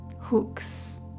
hooks